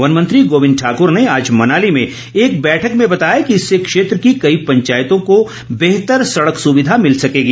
one मंत्री गोविंद ठाकर ने आज मनाली में एक बैठक में बताया कि इससे क्षेत्र की कई पंचायतो को बेहतर सड़क सुविधा मिल सुकेगी